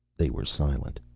they were silent.